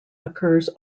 occurs